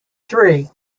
three